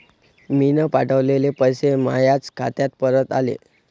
मीन पावठवलेले पैसे मायाच खात्यात परत आले